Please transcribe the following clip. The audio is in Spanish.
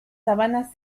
sabanas